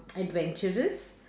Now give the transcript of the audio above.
adventurous